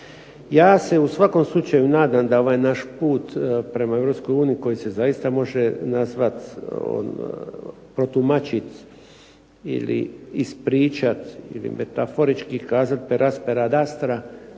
Ja se u svakom slučaju nadam da ovaj naš put prema Europskoj uniji koji se zaista može nazvati, protumačiti ili ispričati ili metaforički kazati pera pera adastra